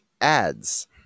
Ads